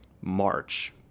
March